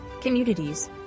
communities